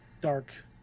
dark